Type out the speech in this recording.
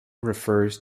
refers